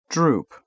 Droop